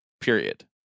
Period